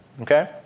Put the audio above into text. Okay